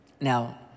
Now